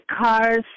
cars